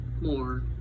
more